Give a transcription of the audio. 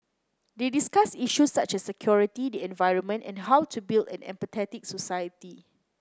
they discussed issues such as security the environment and how to build an empathetic society